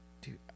Dude